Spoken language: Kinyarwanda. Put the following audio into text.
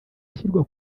ashyirwa